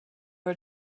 her